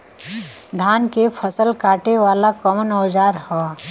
धान के फसल कांटे वाला कवन औजार ह?